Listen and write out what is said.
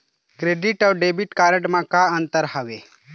Credit अऊ debit card म का अंतर हावे?